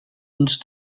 und